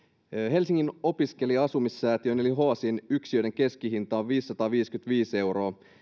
helsingin opiskelija asumissäätiön eli hoasin yksiöiden keskihinta on viisisataaviisikymmentäviisi euroa